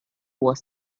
was